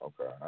okay